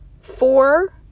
four